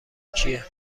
کیه